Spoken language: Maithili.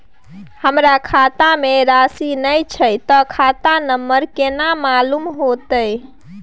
हमरा खाता में राशि ने छै ते खाता नंबर केना मालूम होते?